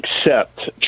accept